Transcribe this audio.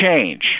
change